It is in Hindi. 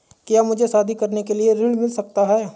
क्या मुझे शादी करने के लिए ऋण मिल सकता है?